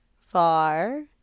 far